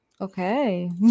Okay